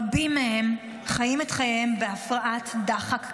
רבים מהם חיים את חייהם בהפרעת דחק קשה,